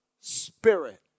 spirit